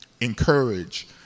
encourage